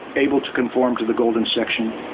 able to conform to the golden section.